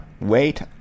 wait